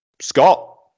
Scott